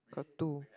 two